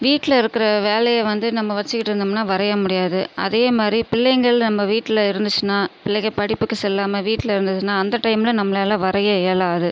வீட்டில் இருக்கிற வேலையை வந்து நம்ம வச்சுக்கிட்டு இருந்தோம்னா வரைய முடியாது அதே மாதிரி பிள்ளைங்கள் நம்ம வீட்டில் இருந்துச்சுனா பிள்ளைங்க படிப்புக்கு செல்லாமல் வீட்டில் இருந்ததுன்னா அந்த டைம்மில் நம்மளால் வரைய இயலாது